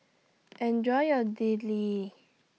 Enjoy your Idili